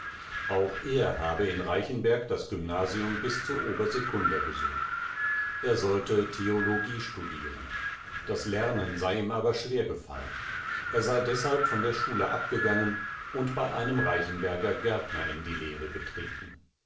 auch er habe in reichenberg das gymnasium bis zur obersekunda besucht er sollte theologie studieren das lernen sei ihm aber schwer gefallen er sei deshalb von der schule abgegangen und bei einem reichenberger gärtner in die lehre getreten